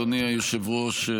אדוני היושב-ראש,